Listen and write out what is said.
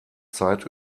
zeit